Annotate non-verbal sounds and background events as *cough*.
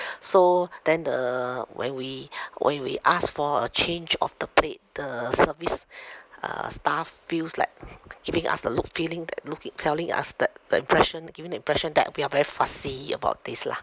so then the when we when we asked for a change of the plate the service uh staff feels like *noise* giving us the look feeling that looking telling us that the impression giving the impression that we are very fussy about this lah